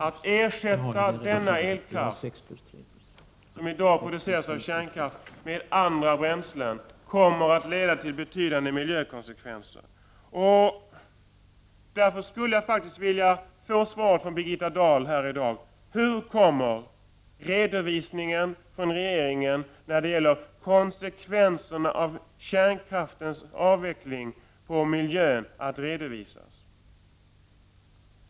Att ersätta den elkraft som i dag produceras med kärnkraft med andra bränslen kommer att leda till betydande miljökonsekvenser. Jag vill därför i dag få ett svar från Birgitta Dahl på frågan: Hur kommer regeringens redovisning när det gäller konsekvenserna för miljön av kärnkraftsavvecklingen att se ut?